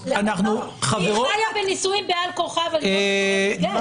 היא חיה בנישואין בעל כורחה אבל --- חברות,